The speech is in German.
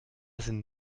sind